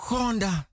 Honda